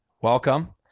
welcome